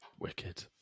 Wicked